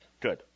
good